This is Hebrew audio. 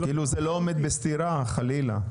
כאילו, זה לא עומד בסתירה, חלילה.